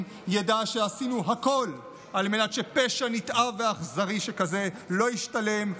ידע שעשינו הכול על מנת שפשע נתעב ואכזרי שכזה לא ישתלם,